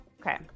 Okay